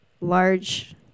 Large